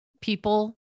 people